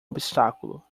obstáculo